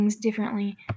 differently